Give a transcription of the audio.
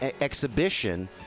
exhibition